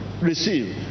receive